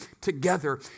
together